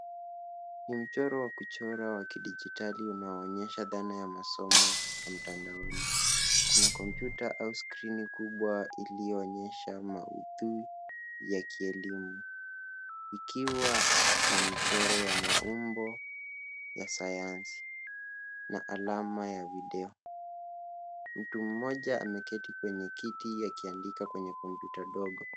Ni mchoro wa kuchora wa kidijitali unaoonyesha dhana ya masomo za mtandaoni. Kuna kompyuta au skrini kubwa iliyoonyesha maudhui ya kielimu ikiwa na michoro ya maumbo ya sayansi na alama ya video. Mtu mmoja ameketi kwenye kiti akiandika kwenye kompyuta ndogo.